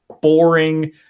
boring